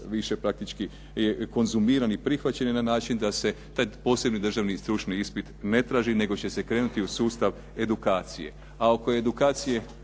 više praktički konzumiran i prihvaćen je na način da se taj posebni državni stručni ispit ne traži, nego će se krenuti u sustav edukacije.